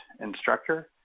instructor